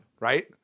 right